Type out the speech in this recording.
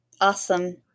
Awesome